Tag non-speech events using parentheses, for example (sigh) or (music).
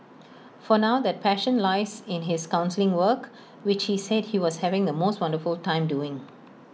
(noise) for now that passion lies in his counselling work which he said he was having the most wonderful time doing